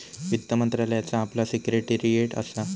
वित्त मंत्रालयाचा आपला सिक्रेटेरीयेट असा